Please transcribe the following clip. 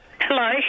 Hello